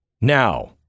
now